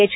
H